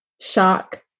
shock